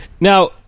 Now